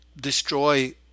destroy